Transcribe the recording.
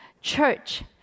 Church